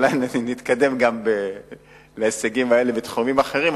אולי נתקדם להישגים האלה גם בתחומים אחרים,